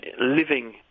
living